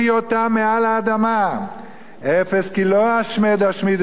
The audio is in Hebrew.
אפס כי לא השמיד אשמיד את בית יעקב נאֻם השם...